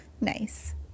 nice